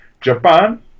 Japan